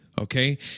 okay